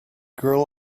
girl